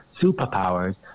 superpowers